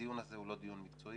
הדיון הזה הוא לא דיון מקצועי,